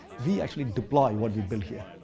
we actually deploy what we've built here.